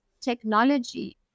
technology